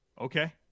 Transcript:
Okay